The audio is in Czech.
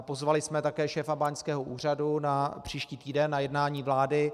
Pozvali jsme také šéfa báňského úřadu na příští týden na jednání vlády.